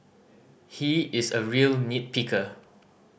he is a real nit picker